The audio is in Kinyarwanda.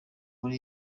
hari